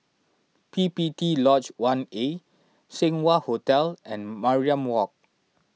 P P T Lodge one A Seng Wah Hotel and Mariam Walk